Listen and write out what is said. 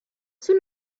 soon